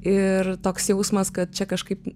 ir toks jausmas kad čia kažkaip